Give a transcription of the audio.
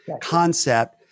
concept